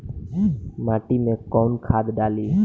माटी में कोउन खाद डाली?